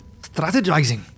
strategizing